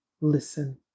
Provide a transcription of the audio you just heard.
listen